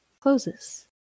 closes